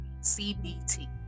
CBT